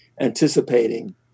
anticipating